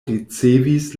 ricevis